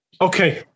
Okay